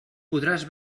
podràs